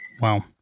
Wow